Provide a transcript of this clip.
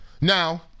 Now